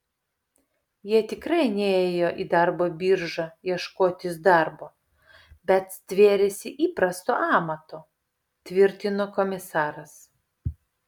jie tikrai nėjo į darbo biržą ieškotis darbo bet stvėrėsi įprasto amato tvirtino komisaras